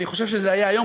אני חושב שזה היה היום,